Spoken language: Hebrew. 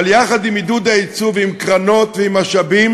אבל יחד עם עידוד הייצוא ועם קרנות ועם משאבים,